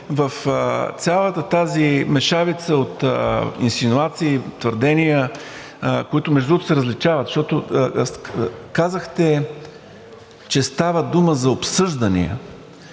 в цялата тази мешавица от инсинуации и твърдения, които, между другото, се различават, защото казахте, че става дума за обсъждания,